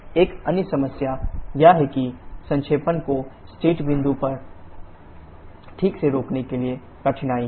एक अन्य समस्या यह है कि संक्षेपण को स्टेट बिंदु पर ठीक से रोकने के लिए कठिनाई है